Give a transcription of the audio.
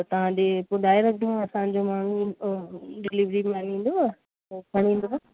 त तव्हां ॾे ॿुधाए रखिजो असांजो माण्हू डिलीवरी मेन ईंदव हूअ खणी ईंदव